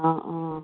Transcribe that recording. অঁ অঁ